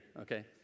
okay